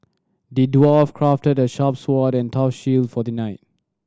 the dwarf crafted a sharp sword and tough shield for the knight